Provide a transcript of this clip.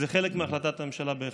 זה בהחלט חלק מהחלטת הממשלה.